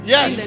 Yes